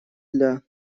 для